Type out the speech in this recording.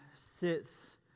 sits